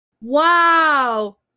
Wow